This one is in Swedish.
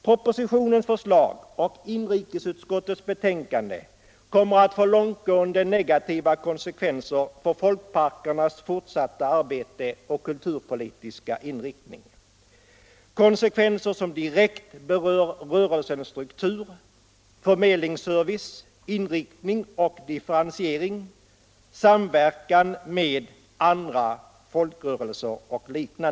Propositionens förslag och inrikesutskottets betänkande kommer att få långtgående negativa konsekvenser för folkparkernas fortsatta arbete och kulturpolitiska inriktning, konsekvenser som direkt berör rörelsens struktur. förmedlingsservice, inriktning och differentiering, samverkan med andra folkrörelser, etc.